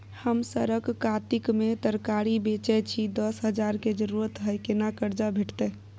हम सरक कातिक में तरकारी बेचै छी, दस हजार के जरूरत हय केना कर्जा भेटतै?